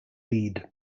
lead